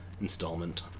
installment